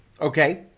Okay